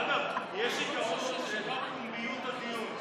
אגב, יש עיקרון של פומביות הדיון.